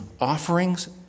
offerings